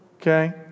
Okay